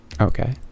okay